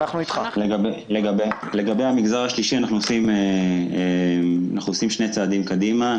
לגבי המגזר השלישי אנחנו עושים שני צעדים קדימה.